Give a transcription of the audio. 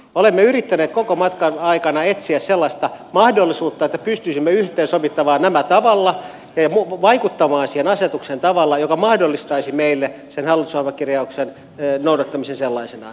olemme yrittäneet koko matkan aikana etsiä sellaista mahdollisuutta että pystyisimme yhteensovittamaan nämä tavalla vaikuttamaan siihen asetukseen tavalla joka mahdollistaisi meille sen hallitusohjelmakirjauksen noudattamisen sellaisenaan